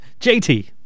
JT